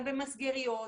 גם במסגריות,